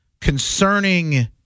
concerning